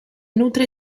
nutre